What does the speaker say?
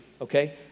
okay